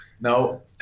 No